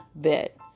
bit